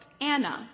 Anna